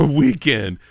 weekend